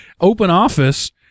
OpenOffice